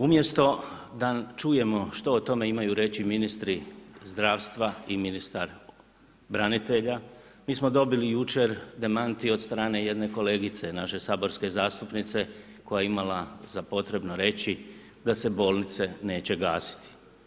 Umjesto da čujemo što o tome imaju reći ministri zdravstva i ministar branitelja, mi smo dobili jučer demant i od strane jedne kolegice naše saborske zastupnice koja je imala za potrebno reći da se bolnice neće gasiti.